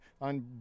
on